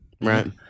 Right